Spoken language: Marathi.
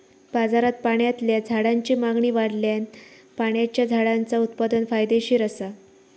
बाजारात पाण्यातल्या झाडांची मागणी वाढल्यान पाण्याच्या झाडांचा उत्पादन फायदेशीर असा